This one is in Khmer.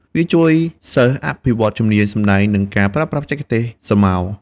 វាជួយសិស្សអភិវឌ្ឍជំនាញសម្តែង និងការប្រើប្រាស់បច្ចេកទេសស្រមោល។